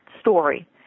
story